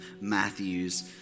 Matthews